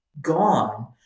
gone